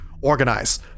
organize